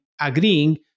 agreeing